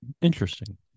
interesting